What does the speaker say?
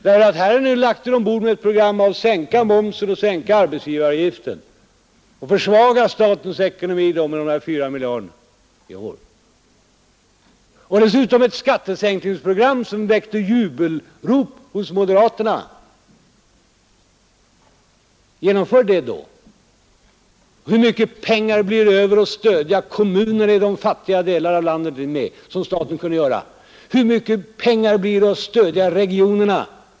Här har ni nu lagt er ombord med ett program att sänka momsen och arbetsgivaravgiften och därmed försvaga statens ekonomi med 4 miljarder. Dessutom framför ni ett skattesänkningsprogram som väckt jubelrop hos moderaterna. Genomför det då! Hur mycket pengar blir det då över för att stödja kommunerna inom fattiga delar av landet, som staten kunde göra? Hur mycket pengar blir Nr 118 det över för att stödja regionerna?